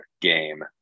game